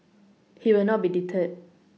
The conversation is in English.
he will not be deterred